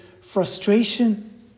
frustration